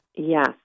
Yes